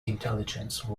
intelligence